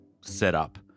setup